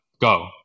go